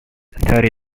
thirty